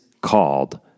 called